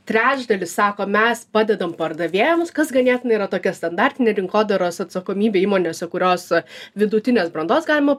trečdalis sako mes padedam pardavėjams kas ganėtinai yra tokia standartinė rinkodaros atsakomybė įmonėse kurios vidutinės brandos galima